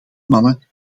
mannen